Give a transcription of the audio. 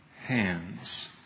hands